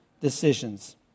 decisions